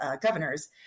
governors